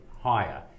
higher